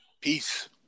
Peace